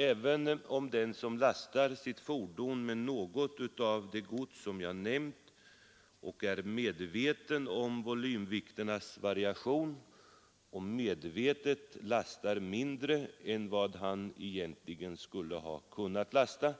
Även om den som lastar sitt fordon med något av de gods som jag nämnt och i medvetande om volymvikternas variation avsiktligt lastar mindre än vad han egentligen skulle ha kunnat göra,